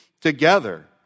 together